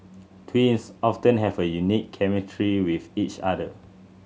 twins often have a unique chemistry with each other